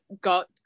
got